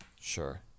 Sure